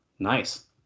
Nice